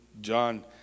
John